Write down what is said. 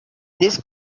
this